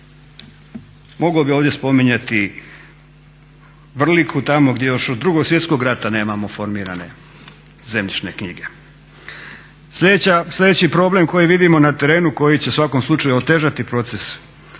Mogao bih ovdje spominjati Vrliku, tamo gdje još od 2. svjetskog rata nemamo formirane zemljišne knjige. Sljedeći problem koji vidimo na terenu koji će u svakom slučaju otežati proces